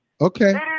Okay